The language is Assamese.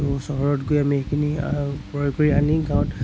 ত' চহৰত গৈ আমি সেইখিনি ক্ৰয় কৰি আনি গাঁৱত